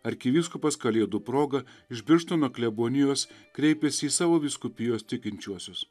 arkivyskupas kalėdų proga iš birštono klebonijos kreipėsi į savo vyskupijos tikinčiuosius